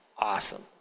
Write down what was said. awesome